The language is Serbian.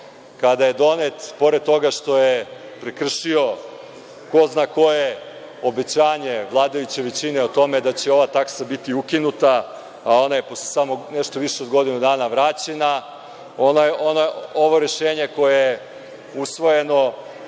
je donet, pored toga što je prekršio ko zna koje obećanje vladajuće većine o tome da će ova taksa biti ukinuta, a ona je posle samo nešto više od godinu dana vraćena, ovo rešenje koje je usvojeno